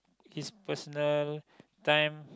his personal time